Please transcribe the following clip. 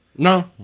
No